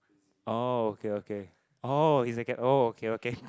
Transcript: oh okay okay oh is oh okay okay